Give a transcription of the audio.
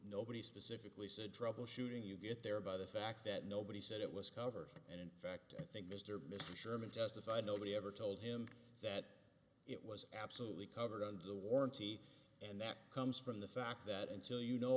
nobody specifically said troubleshooting you get there by the fact that nobody said it was covered and in fact i think mr mr sherman testified nobody ever told him that it was absolutely covered under the warranty and that comes from the fact that until you know